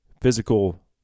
physical